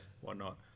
whatnot